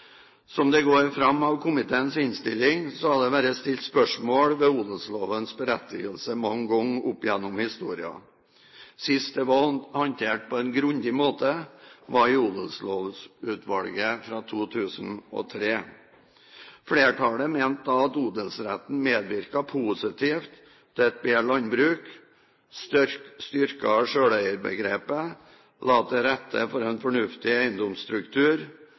Som det går fram av komiteens innstilling, har det vært stilt spørsmål ved odelslovens berettigelse mange ganger opp gjennom historien. Sist dette ble håndtert på en grundig måte, var i Odelslovutvalget fra 2003. Flertallet mente da at odelsretten medvirket positivt til et bedre landbruk, styrket selveierbegrepet, la til rette for en fornuftig eiendomsstruktur,